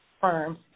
firms